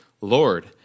Lord